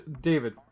David